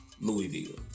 Louisville